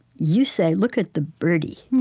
you say look at the birdie,